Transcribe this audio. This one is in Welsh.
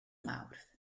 mawrth